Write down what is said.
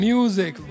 Music